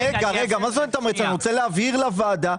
אני לא רוצה לתמרץ; אני רוצה להבהיר לוועדה,